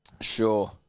Sure